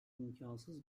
imkansız